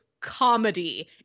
comedy